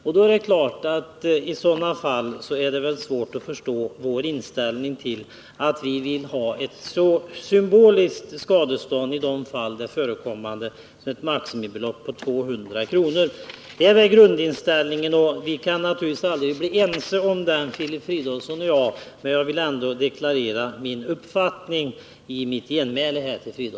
Det är klart att det i så fall är svårt att förstå vår inställning att vi i förekommande fall vill ha ett symboliskt skadestånd med ett maximibelopp på 200 kr. Det är vår grundinställning, och Filip Fridolfsson och jag kan naturligtvis aldrig bli ense om den. Men jag ville ändå deklarera min uppfattning i detta = Nr 40